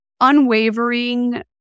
unwavering